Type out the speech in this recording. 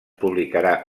publicarà